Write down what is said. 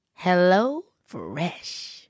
HelloFresh